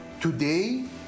Today